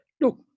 look